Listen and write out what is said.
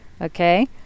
okay